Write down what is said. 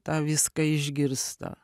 tą viską išgirsta